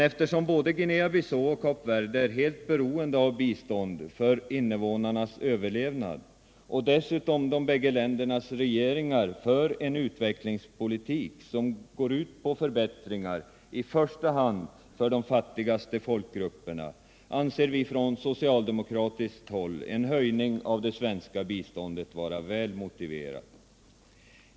Eftersom både Guinea Bissau och Kap Verde är helt beroende av bistånd för invånarnas överlevnad och dessutom de båda ländernas regeringar för en utvecklingspolitik som går ut på förbättringar i första hand för de fattigaste folkgrupperna, anser vi socialdemokrater en höjning av det svenska biståndet väl motiverad.